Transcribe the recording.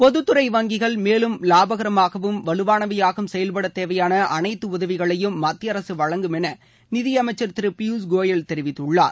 பொதுத்துறை வங்கிகள் மேலும் லாபகரமாகவும் வலுவானவையாகவும் செயல்படத் தேவையான அனைத்து உதவிகளையும் மத்திய அரசு வழங்கும் என நிதியமைச்சர் திரு பியூஷ்கோயல் தெரிவித்துள்ளார்